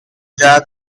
jazz